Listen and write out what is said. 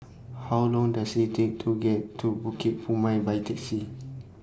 How Long Does IT Take to get to Bukit Purmei By Taxi